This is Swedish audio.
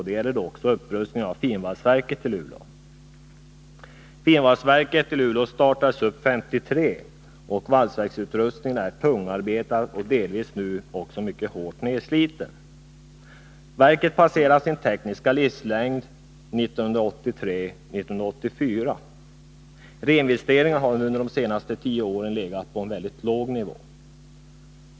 Den gäller upprustningen av finvalsverket i Luleå. Finvalsverket i Luleå startades 1953. Valsverksutrustningen är tungarbetad och nu delvis mycket hårt nedsliten. Verket passerar gränsen för sin tekniska livslängd under åren 1983-1984. Reinvesteringarna har under de senaste tio åren legat på en mycket låg nivå.